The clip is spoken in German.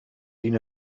ihnen